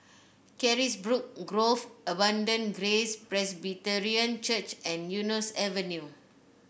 Carisbrooke Grove Abundant Grace Presbyterian Church and Eunos Avenue